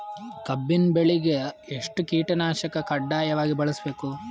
ಕಬ್ಬಿನ್ ಬೆಳಿಗ ಎಷ್ಟ ಕೀಟನಾಶಕ ಕಡ್ಡಾಯವಾಗಿ ಬಳಸಬೇಕು?